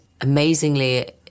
amazingly